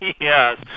Yes